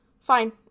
fine